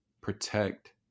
protect